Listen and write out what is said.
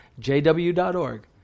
JW.org